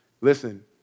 Listen